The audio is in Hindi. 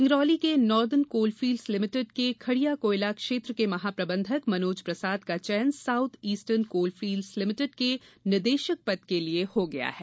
सिंगरौली के नॉर्दर्न कोलफीलड़स लिमिटेड के खड़िया कोयला क्षेत्र के महाप्रबंधक मनोज प्रसाद का चयन साउथ ईस्टर्न कोलफील्ड्स लिमिटेड के निदेशक पद के लिए हुआ है